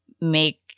make